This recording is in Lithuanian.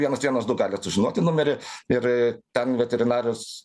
vienas vienas du galit sužinoti numerį ir ten veterinarijos